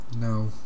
No